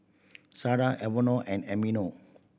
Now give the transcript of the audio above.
Sada Evonne and Emilio